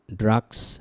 drugs